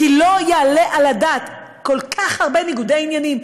כי לא יעלה על הדעת שיש כל כך הרבה ניגודי עניינים.